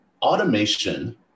Automation